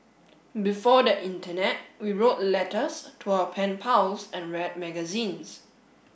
before the internet we wrote letters to our pen pals and read magazines